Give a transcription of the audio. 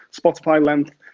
Spotify-length